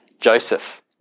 Joseph